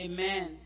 Amen